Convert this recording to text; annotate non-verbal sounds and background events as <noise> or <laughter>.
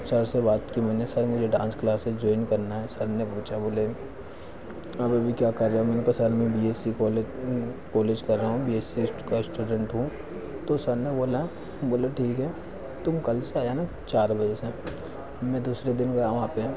sir से बात की मैंने सर मुझे डांस क्लासेस जॉइन करना है सर ने <unintelligible> बोले अभी भी क्या कर रहे हो मैंने कहा सर मैं B S C college college कर रहा हूँ बी एस सी का स्टूडेंट हूँ तो सर ने बोला बोले ठीक है तुम कल से आ जाना चार बजे से मैं दूसरे दिन गया वहाँ पर